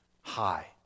high